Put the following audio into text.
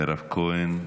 מירב כהן,